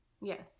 Yes